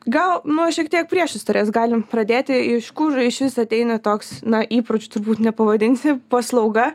gal nuo šiek tiek priešistorės galim pradėti iš kur išvis ateina toks na įpročiu turbūt nepavadinsi paslauga